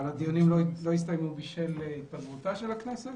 והדיונים לא הסתיימו בגלל התפזרותה של הכנסת,